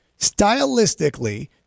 stylistically